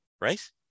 right